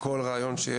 כל רעיון,